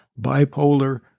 Bipolar